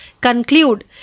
conclude